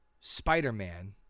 spider-man